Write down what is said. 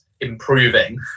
improving